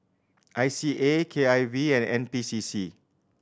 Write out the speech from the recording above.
I C A K I V and N P C C